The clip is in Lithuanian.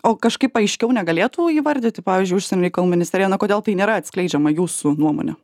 o kažkaip aiškiau negalėtų įvardyti pavyzdžiui užsienio reikalų ministerija na kodėl tai nėra atskleidžiama jūsų nuomone